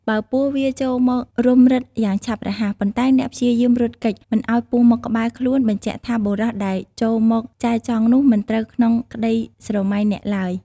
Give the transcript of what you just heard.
បើពស់វារចូលមករុំរឹតយ៉ាងឆាប់រហ័ស ប៉ុន្តែអ្នកព្យាយាមរត់គេចមិនឲ្យពស់មកក្បែរខ្លួនបញ្ជាក់ថា បុរសដែល ចូលមកចែចង់នោះមិនត្រូវក្នុងក្តីស្រមៃអ្នកឡើយ។